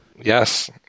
yes